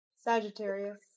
sagittarius